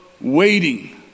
waiting